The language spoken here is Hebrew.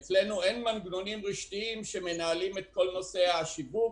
אצלנו אין מנגנונים רשתיים שמנהלים את כל נושא השיווק,